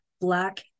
Black